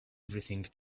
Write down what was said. everything